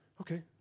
Okay